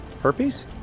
Herpes